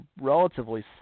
relatively